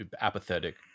apathetic